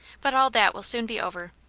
but all that will soon be over.